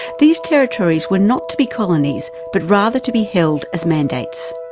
these territories were not to be colonies, but rather to be held as mandates.